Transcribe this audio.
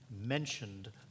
mentioned